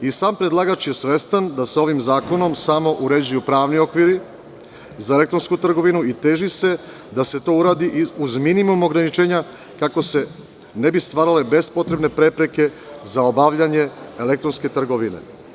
I sam predlagač je svestan da se ovim zakonom samo uređuju pravni okviri za elektronsku trgovinu i teži da se to uradi uz minimalna ograničenja kako se ne bi stvarale bespotrebne prepreke za obavljanje elektronske trgovine.